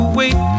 wait